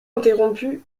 interrompues